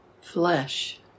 flesh